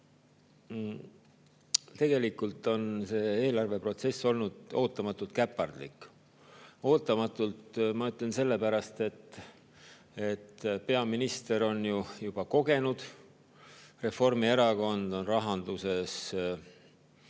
Tegelikult on see eelarveprotsess olnud ootamatult käpardlik. Ootamatult ma ütlen sellepärast, et peaminister on ju juba kogenud. Reformierakond peaks rahanduses olema